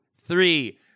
three